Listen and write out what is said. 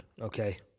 okay